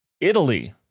Italy